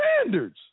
standards